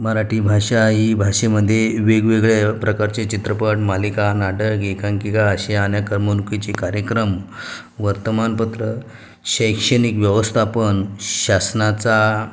मराठी भाषा ही भाषेमध्ये वेगवेगळ्या प्रकारचे चित्रपट मालिका नाटक एकांकिका असे अनेक करमणुकीचे कार्यक्रम वर्तमानपत्र शैक्षणिक व्यवस्थापन शासनाचा